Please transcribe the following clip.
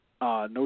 No